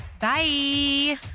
Bye